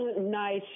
nice